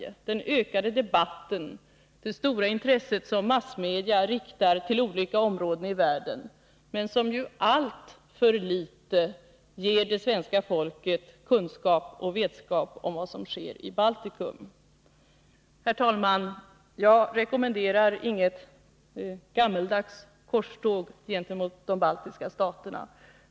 Det gäller den utökade debatten, det stora intresse som massmedia riktar mot olika områden i världen. Men ändå får det svenska folket alltför litet information om vad som sker i Baltikum. Herr talman! Jag rekommenderar inget korståg av gammeldags typ gentemot de baltiska staterna.